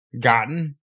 gotten